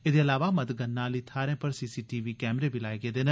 एहदे अलावा मतगणना आहली थाहें पर सीसीटीवी कैमरे बी लाए जा' रदे न